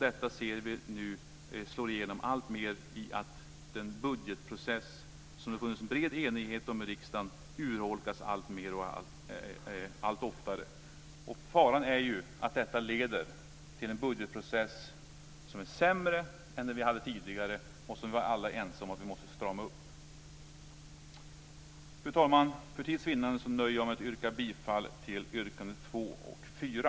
Detta ser vi nu slå igenom i att den budgetprocess som det funnits en bred enighet om i riksdagen urholkas alltmer och allt oftare. Faran är att detta leder till en budgetprocess som är sämre än den vi hade tidigare och som vi alla var ense om att vi måste strama upp. Fru talman! För tids vinnande nöjer jag mig med att yrka bifall till reservationerna 2 och 4.